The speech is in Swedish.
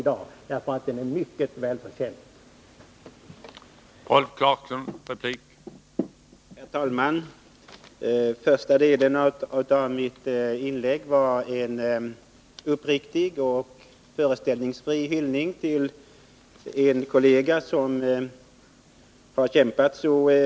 Det är ni nämligen mycket väl förtjänta av.